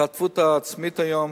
ההשתתפות העצמית היום